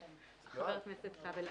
--- חבר הכנסת כבל,